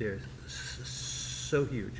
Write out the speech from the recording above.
they're just so huge